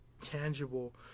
tangible